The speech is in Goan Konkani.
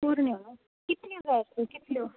पोरन्यो कितल्यो जाय आशिल्ल्यो कितल्यो